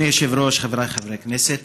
אדוני היושב-ראש, חבריי חברי הכנסת,